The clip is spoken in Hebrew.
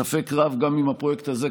ספק רב גם אם הפרויקט הזה,